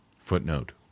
footnote